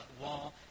wall